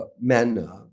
manner